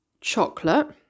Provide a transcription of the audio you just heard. chocolate